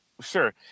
sure